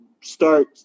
start –